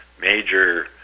major